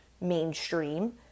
mainstream